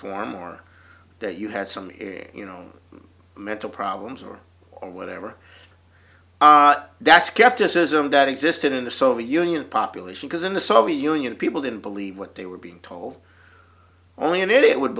form or that you had some you know mental problems or whatever that's skepticism that existed in the soviet union population because in the soviet union people didn't believe what they were being told only an idiot would